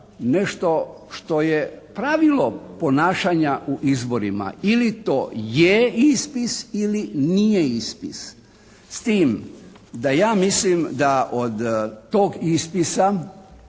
nešto što je pravilo ponašanja u izborima. Ili to je ispis ili nije ispis s tim da ja mislim da od tog ispisa